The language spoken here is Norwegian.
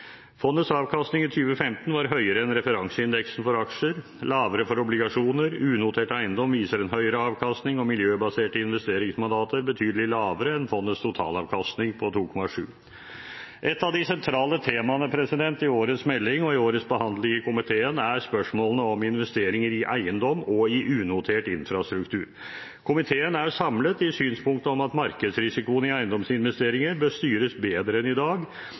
Fondets avkastning i 2015 var høyere enn referanseindeksen for aksjer, lavere for obligasjoner. Unotert eiendom viser en høyere avkastning og miljøbaserte investeringsmandater en betydelig lavere avkastning enn fondets totalavkastning på 2,7 pst. Et av de sentrale temaene i årets melding og i årets behandling i komiteen er spørsmålene om investeringer i eiendom og i unotert infrastruktur. Komiteen er samlet i synspunktet om at markedsrisikoen i eiendomsinvesteringer bør styres bedre enn i dag,